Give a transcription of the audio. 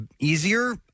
easier